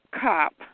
cop